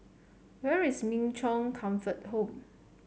where is Min Chong Comfort Home